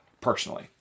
personally